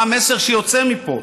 מה המסר שיוצא מפה?